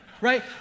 right